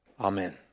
Amen